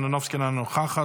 אינה נוכחת,